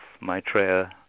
Maitreya